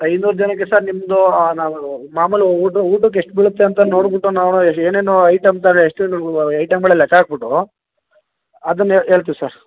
ಐನೂರು ಜನಕ್ಕೆ ಸರ್ ನಿಮ್ಮದು ನಾವು ಮಾಮೂಲು ಊಟ ಊಟಕ್ಕೆ ಎಷ್ಟು ಬೀಳುತ್ತೆ ಅಂತ ನೋಡ್ಬಿಟ್ಟು ನಾವು ಏನೇನು ಐಟಮ್ ಐಟಮ್ಗಳ ಲೆಕ್ಕ ಹಾಕ್ಬುಟ್ಟು ಅದನ್ನ ಹೇಳ್ತಿವ್ ಸರ್